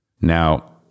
Now